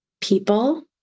people